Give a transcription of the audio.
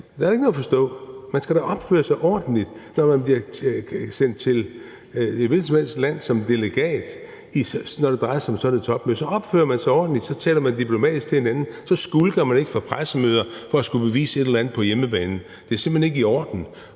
der er ikke noget at forstå. Man skal da opføre sig ordentligt, når man bliver sendt til et hvilket som helst land som delegat og det drejer sig om sådan et topmøde. Så opfører man sig ordentligt, og så taler man diplomatisk til hinanden. Så skulker man ikke fra pressemøder for at skulle bevise et eller andet på hjemmebanen. Det er simpelt hen ikke i orden.